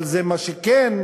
אבל מה שכן,